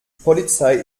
polizei